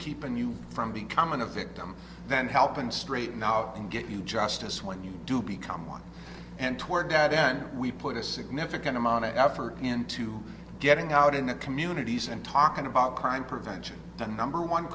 keeping you from becoming a victim than help and straighten out and get you justice when you do become one and toward that end we put a significant amount of effort into getting out in the communities and talking about crime prevention the number one